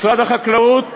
משרד החקלאות